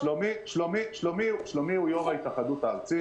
שלומי הוא יו"ר ההתאחדות הארצית,